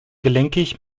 gelenkig